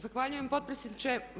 Zahvaljujem potpredsjedniče.